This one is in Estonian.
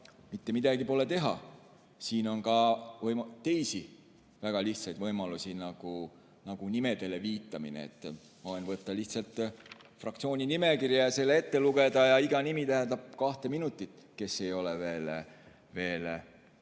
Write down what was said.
mitte midagi pole teha. Siin on ka teisi väga lihtsaid võimalusi, nagu nimedele viitamine. Võib võtta lihtsalt fraktsiooni nimekirja ja selle ette lugeda, ja iga nimi tähendab kahte minutit, kui nime ei ole